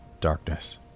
darkness